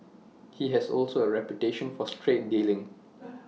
he also has A reputation for straight dealing